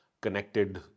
connected